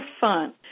fun